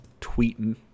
tweeting